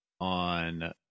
on